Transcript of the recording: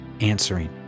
answering